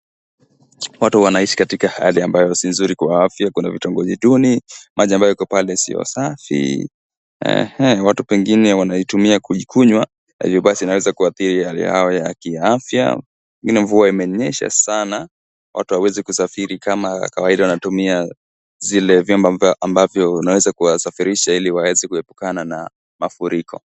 Watu wanaishi katika hali ambayo si nzuri kwa afya. Kuna vitongoji duni, maji ambayo yako pale sio safi. Watu pengine wanaitumia kuikunywa na hivyo basi inaweza kuathiri hali yao ya kiafya. Ile mvua imenyesha sana, watu hawawezi kusafiri kama kawaida, wanatumia zile vyombo ambavyo vinaweza kuwasafirisha ili waweze kuepukana na mafuriko.